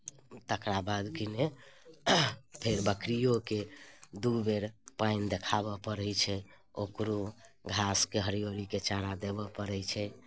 तकरा बाद किने फेर बकरिओके दू बेर पानि देखाबय पड़ैत छै ओकरो घासके हरियरीके चारा देबय पड़ैत छै